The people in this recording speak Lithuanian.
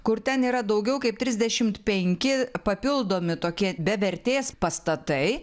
kur ten yra daugiau kaip trisdešimt penki papildomi tokie be vertės pastatai